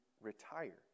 retire